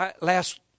last